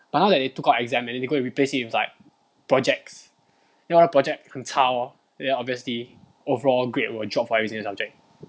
but now that they took out exam and then they go and replace it with like projects then 我的 project 很差 lor then obviously overall grade will drop for each subject